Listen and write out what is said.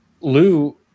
Lou